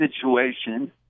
situation